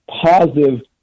positive